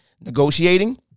negotiating